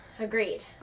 Agreed